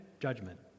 judgment